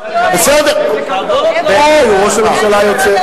הוא לא יכול לקרוא לו: ראש הממשלה היוצא.